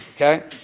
Okay